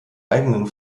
eigenen